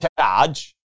charge